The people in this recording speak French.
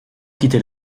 quitter